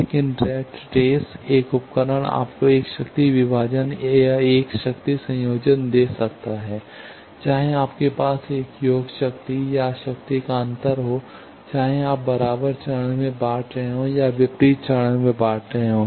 लेकिन rat race एक उपकरण आपको एक शक्ति विभाजन या एक शक्ति संयोजन दे सकता है चाहे आपके पास एक योग शक्ति या शक्ति का अंतर हो चाहे आप बराबर चरण में बांट रहे हों या विपरीत चरण में बांट रहे हों